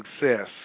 success